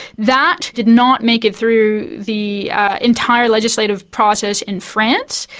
that did not make it through the entire legislative process in france,